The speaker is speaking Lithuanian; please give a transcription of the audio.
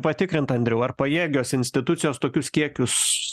patikrint andriau ar pajėgios institucijos tokius kiekius